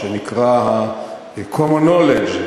מה שנקרא ה-common knowledge,